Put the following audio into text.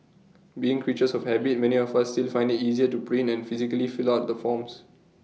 being creatures of habit many of us still find IT easier to print and physically fill out the forms